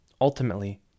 ultimately